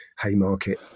Haymarket